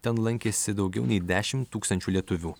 ten lankėsi daugiau nei dešim tūkstančių lietuvių